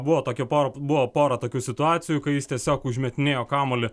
buvo tokia pora buvo pora tokių situacijų kai jis tiesiog užmetinėjo kamuolį